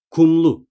Kumlu